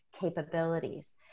capabilities